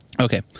Okay